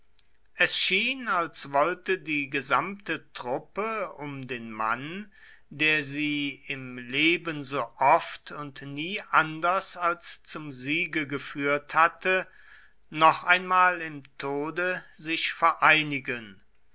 es schien als wollte die gesamte truppe um den mann der sie im leben so oft und nie anders als zum siege geführt hatte noch einmal im tode sich vereinigen